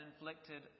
inflicted